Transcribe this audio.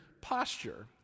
posture